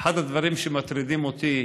שאחד הדברים שמטרידים אותי,